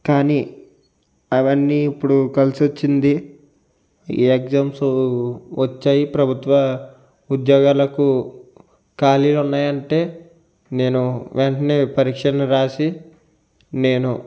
కానీ అవన్నీ ఇప్పుడు కలిసొచ్చింది ఈ ఎగ్జామ్స్ వచ్చాయి ప్రభుత్వ ఉద్యోగాలకు ఖాళీలున్నాయంటే నేను వెంటనే పరీక్షలు రాసి నేను